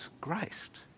Christ